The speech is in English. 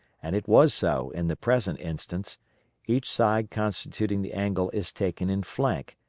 and it was so in the present instance each side constituting the angle is taken in flank,